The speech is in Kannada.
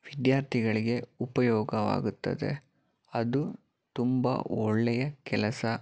ವಿದ್ಯಾರ್ಥಿ ಗಳಿಗೆ ಉಪಯೋಗವಾಗುತ್ತದೆ ಅದು ತುಂಬ ಒಳ್ಳೆಯ ಕೆಲಸ